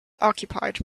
occupied